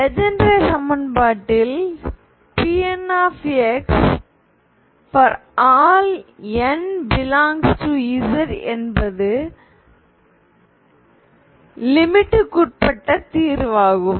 Legendre சமன்பாட்டில் Pnx ∀ n∈Z என்பது வரம்புக்குட்பட்ட தீர்வாகும்